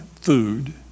food